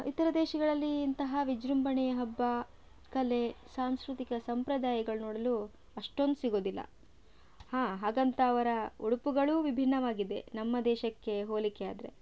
ಇತರ ದೇಶಗಳಲ್ಲಿ ಇಂತಹ ವಿಜೃಂಭಣೆಯ ಹಬ್ಬ ಕಲೆ ಸಾಂಸ್ಕೃತಿಕ ಸಂಪ್ರದಾಯಗಳ ನೋಡಲು ಅಷ್ಟೊಂದು ಸಿಗುದಿಲ್ಲ ಹಾ ಹಾಗಂತ ಅವರ ಉಡುಪುಗಳು ವಿಭಿನ್ನವಾಗಿದೆ ನಮ್ಮ ದೇಶಕ್ಕೆ ಹೋಲಿಕೆ ಆದರೆ